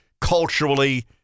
culturally